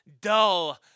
dull